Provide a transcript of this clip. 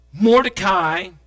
Mordecai